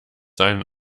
seinen